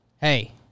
hey